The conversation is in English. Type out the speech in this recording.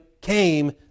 came